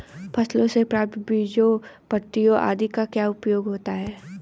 फसलों से प्राप्त बीजों पत्तियों आदि का क्या उपयोग होता है?